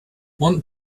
want